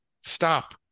stop